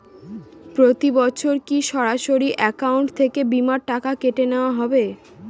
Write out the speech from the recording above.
প্রতি বছর কি সরাসরি অ্যাকাউন্ট থেকে বীমার টাকা কেটে নেওয়া হবে?